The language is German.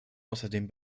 außerdem